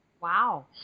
Wow